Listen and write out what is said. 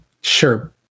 Sure